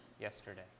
yesterday